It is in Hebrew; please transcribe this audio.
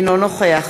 אינו נוכח